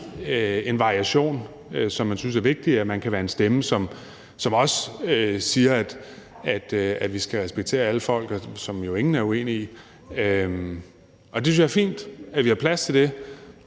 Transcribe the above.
en variation, som man synes er vigtig, og man kan være en stemme, som også siger, at vi skal respektere alle, hvilket ingen jo er uenige i. Og det synes jeg fint at vi har plads til.